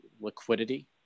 liquidity